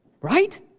Right